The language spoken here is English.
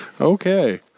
Okay